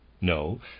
No